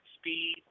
speed